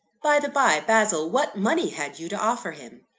by-the-bye, basil, what money had you to offer him?